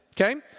Okay